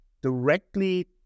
directly